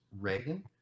reagan